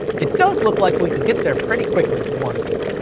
it does look like we could get there pretty quickly if we wanted to.